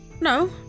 No